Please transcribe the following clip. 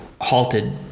halted